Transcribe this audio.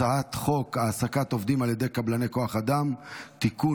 הצעת חוק העסקת עובדים על ידי קבלני כוח אדם (תיקון,